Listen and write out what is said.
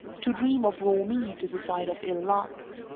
to dream of raw meat is a sign of ill luck.